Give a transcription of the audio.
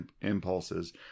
impulses